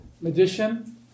Magician